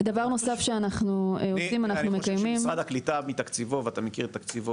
אני חושב שמשרד הקליטה מתקציבו ואתה מכיר את תקציבו,